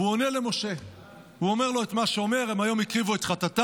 והוא עונה למשה ואומר לו את מה שהוא אומר "הן היום הקריבו את חטאתם",